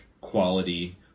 quality